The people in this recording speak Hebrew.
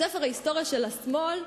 בספר ההיסטוריה של השמאל,